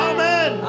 Amen